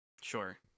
Sure